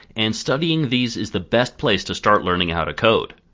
and studying these is the best place to start learning how to code.